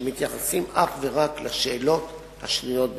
שמתייחסים אך ורק לשאלות השנויות במחלוקת,